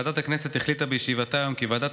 ועדת הכנסת החליטה בישיבתה היום כי ועדת